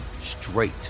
straight